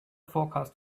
forecast